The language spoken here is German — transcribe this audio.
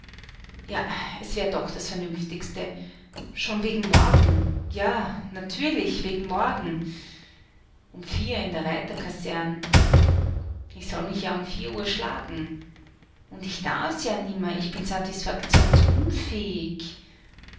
ja es wär doch das vernünftigste schon wegen morgen ja natürlich wegen morgen um vier in der reiterkasern ich soll mich ja morgen um vier uhr schlagen und ich darfs ja nimmer ich bin